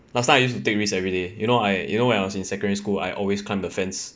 last time I used to take risks every day you know I you know when I was in secondary school I always climb the fence